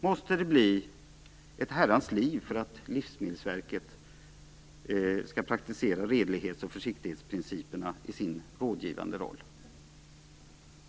Måste det bli ett Herrans liv för att Livsmedelsverket skall praktisera redlighets och försiktighetsprinciperna i sin rådgivande roll?